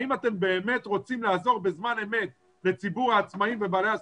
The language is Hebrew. האם אתם באמת רוצים לעזור בזמן אמת לציבור העצמאים ובעלי העסקים,